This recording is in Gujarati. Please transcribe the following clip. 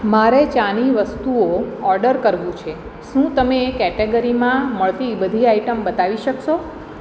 મારે ચાની વસ્તુઓ ઓર્ડર કરવું છે શું તમે એ કેટેગરીમાં મળતી બધી આઇટમ બતાવી શકશો